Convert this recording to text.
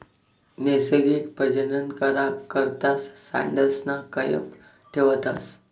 नैसर्गिक प्रजनन करा करता सांडसना कयप ठेवतस